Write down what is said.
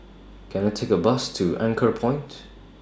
Can I Take A Bus to Anchorpoint